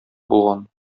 булган